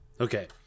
okay